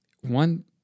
one